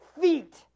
feet